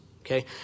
okay